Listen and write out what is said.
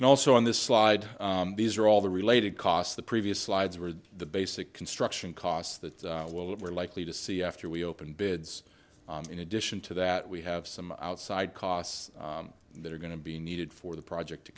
and also on this slide these are all the related costs the previous slides were the basic construction costs that's what we're likely to see after we open bids in addition to that we have some outside costs that are going to be needed for the project to